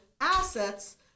assets